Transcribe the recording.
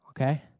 okay